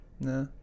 nah